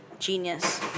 genius